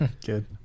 Good